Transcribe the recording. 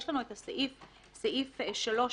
יש לנו סעיף 3,